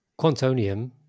Quantonium